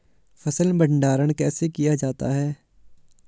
फ़सल भंडारण कैसे किया जाता है?